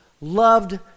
loved